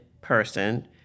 person